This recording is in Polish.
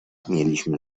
mieliśmy